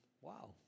wow